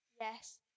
yes